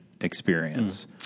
experience